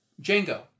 Django